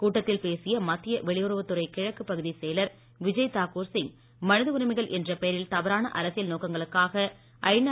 கூட்டத்தில் பேசிய மத்திய வெளியுறவுத்துறை கிழக்கு பகுதி செயலர் விஜய் தாகூர் சிங் மனித உரிமைகள் என்ற பெயரில் தவறான அரசியல் நோக்கங்களுக்காக ஐநா